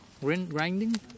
grinding